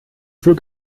für